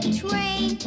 train